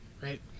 right